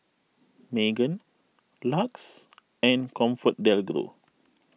Megan Lux and ComfortDelGro